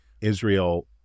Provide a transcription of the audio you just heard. Israel